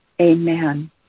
Amen